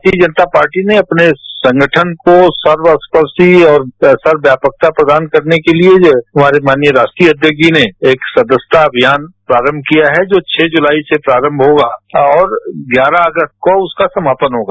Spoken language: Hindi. भारतीय जनता पार्टी ने अपने संगठन को सर्वस्पर्शी और सर्व व्यापकता प्रदान करने के लिए हमारे माननीय राष्ट्रीय अध्यक्ष जी ने एक सदस्यता अभियान प्रारम्भ किया जो छः जुलाई से आरम्भ होगा और ग्यारह अगस्त तक उसका समापन होगा